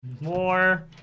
More